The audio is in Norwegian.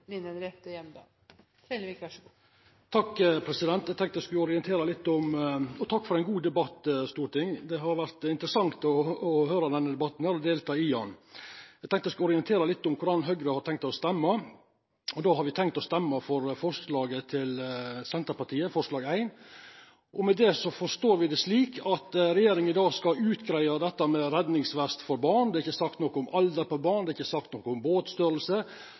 for ein god debatt. Det har vore interessant å høyra – og delta i – denne debatten. Eg tenkte eg skulle orientera litt om korleis Høgre har tenkt å røysta. Me har tenkt å røysta for forslag nr. 1, frå SV. Med det forstår vi at regjeringa skal utgreia dette med redningsvest for barn – det er ikkje sagt noko om alder på barn, det er ikkje sagt noko om